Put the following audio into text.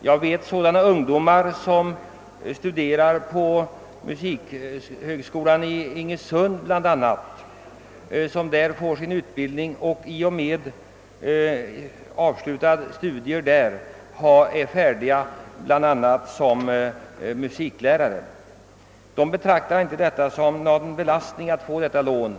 Jag känner till ungdomar som studerar vid musikhögskolan i Iggesund och som i och med avslutade studier kan bli exempelvis musiklärare. De betraktar det inte som en belastning att få studielån.